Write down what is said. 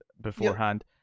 beforehand